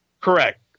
correct